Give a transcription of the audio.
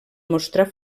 mostrar